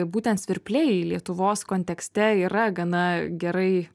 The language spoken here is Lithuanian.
būtent svirpliai lietuvos kontekste yra gana gerai